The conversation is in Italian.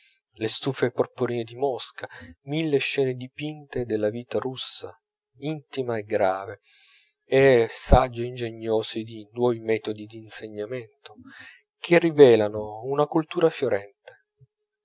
le stoffe porporine di mosca mille scene dipinte della vita russa intima e grave e saggi ingegnosi di nuovi metodi d'insegnamento che rivelano una cultura fiorente